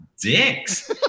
dicks